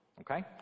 okay